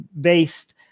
based